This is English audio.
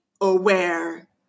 aware